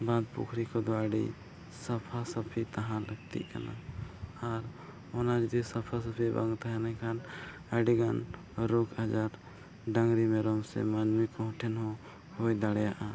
ᱵᱟᱸᱫᱷ ᱯᱩᱠᱷᱨᱤ ᱠᱚᱫᱚ ᱟᱹᱰᱤ ᱥᱟᱯᱟᱥᱟᱯᱷᱤ ᱛᱟᱦᱮᱱ ᱞᱟᱹᱠᱛᱤ ᱠᱟᱱᱟ ᱟᱨ ᱚᱱᱟ ᱡᱩᱫᱤ ᱥᱟᱯᱷᱟᱥᱟᱯᱷᱤ ᱵᱟᱝ ᱛᱟᱦᱮᱱᱟ ᱮᱱᱠᱷᱟᱱ ᱟᱹᱰᱤᱜᱟᱱ ᱨᱳᱜᱽᱼᱟᱡᱟᱨ ᱰᱟᱹᱝᱨᱤ ᱢᱮᱨᱚᱢ ᱥᱮ ᱢᱟᱱᱢᱤ ᱠᱚ ᱴᱷᱮᱱᱦᱚᱸ ᱦᱩᱭ ᱫᱟᱲᱮᱭᱟᱜᱼᱟ